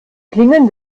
klingen